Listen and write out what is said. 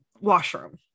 washroom